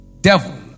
devil